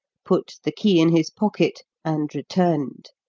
put the key in his pocket, and returned.